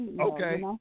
Okay